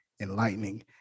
enlightening